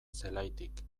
zelaitik